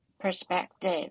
perspective